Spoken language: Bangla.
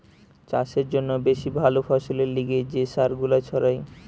চাষের জন্যে বেশি ভালো ফসলের লিগে যে সার গুলা ছড়ায়